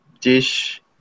dish